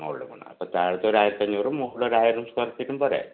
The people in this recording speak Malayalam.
മുകളിലും വേണം അപ്പോൾ താഴത്തൊരു ആയിരത്തിയഞ്ഞൂറും മുകളിലൊരു ആയിരം സ്കൊയർ ഫീറ്റും പോരെ